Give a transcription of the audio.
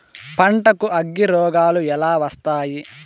పంటకు అగ్గిరోగాలు ఎలా వస్తాయి?